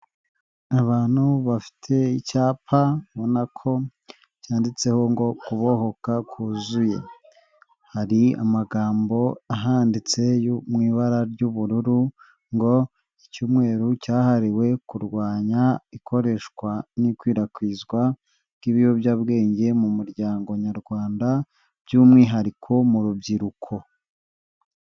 Abantu bafite icyapa ubona ko cyanditseho ngo kubohoka kuzuye. Hari amagambo ahanditse mu ibara ry'ubururu ngo icyumweru cyahariwe kurwanya ikoreshwa n'ikwirakwizwa ry'ibiyobyabwenge mu muryango nyarwanda ,by'umwihariko mu rubyiruko.